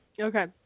Okay